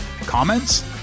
Comments